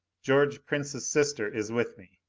george prince's sister is with me.